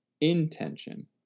intention